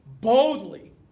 boldly